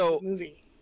Movie